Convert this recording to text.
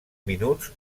minuts